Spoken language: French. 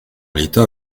l’état